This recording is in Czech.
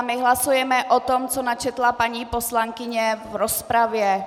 My hlasujeme o tom, co načetla paní poslankyně v rozpravě.